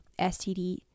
STD